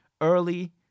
early